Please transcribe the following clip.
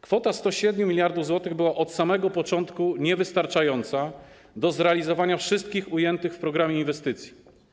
Kwota 107 mld zł była od samego początku niewystarczająca do zrealizowania wszystkich ujętych w programie inwestycji.